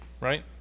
Right